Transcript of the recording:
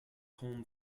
home